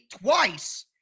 twice